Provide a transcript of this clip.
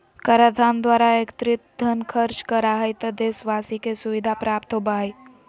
कराधान द्वारा एकत्रित धन खर्च करा हइ त देशवाशी के सुविधा प्राप्त होबा हइ